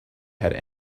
had